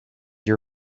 your